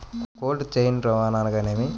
Cold chain రవాణా అనగా నేమి?